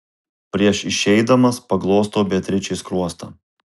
prieš išeidamas paglostau beatričei skruostą